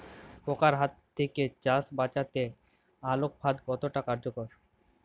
পোকার হাত থেকে চাষ বাচাতে আলোক ফাঁদ কতটা কার্যকর?